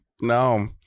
No